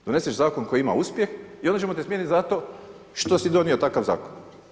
Doneseš zakon koji ima uspjeh i onda ćemo te smijeniti zato što si donio takav zakon.